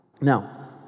Now